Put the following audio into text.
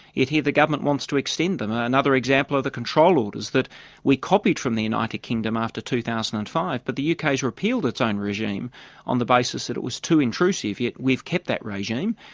here the government wants to extend them. ah another example are the control orders that we copied from the united kingdom after two thousand and five, but the uk has repealed its own regime on the basis that it was too intrusive, yet we've kept that regime.